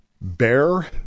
bear